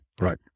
Right